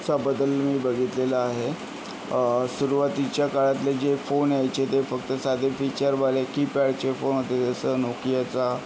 असा बदल मी बघितलेला आहे सुरुवातीच्या काळातले जे फोन यायचे ते फक्त साधे फीचरवाले कीपॅडचे फोन होते जसं नोकियाचा